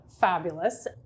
fabulous